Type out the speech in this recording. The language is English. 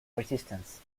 resistance